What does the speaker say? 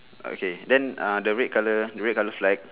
okay then uh the red colour the red colour flag